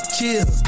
Chill